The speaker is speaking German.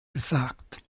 gesagt